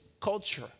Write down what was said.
culture